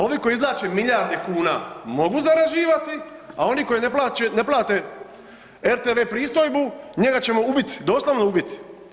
Ovi koji izvlače milijarde kuna mogu zarađivati, a oni koji ne plate RTV pristojbu njega ćemo ubit, doslovno ubit.